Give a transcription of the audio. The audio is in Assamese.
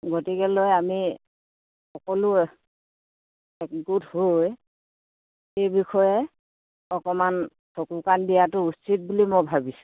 গতিকেলৈ আমি সকলো একগোট হৈ সেই বিষয়ে অকণমান চকু কাণ দিয়াটো উচিত বুলি মই ভাবিছোঁ